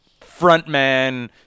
Frontman